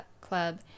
Club